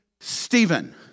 Stephen